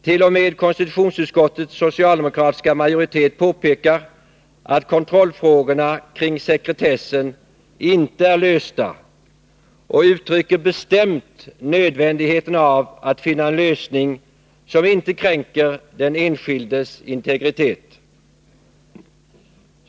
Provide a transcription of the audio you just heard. T. o. m. konstitutionsutskottets socialdemokratiska majoritet påpekar att kontrollfrågorna kring sekretessen inte är lösta, och man uttrycker bestämt nödvändigheten av att finna en lösning som inte kränker den enskildes integritet.